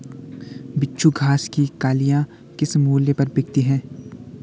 बिच्छू घास की कलियां किस मूल्य पर बिकती हैं?